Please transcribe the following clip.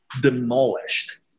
demolished